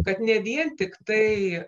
kad ne vien tiktai